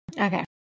Okay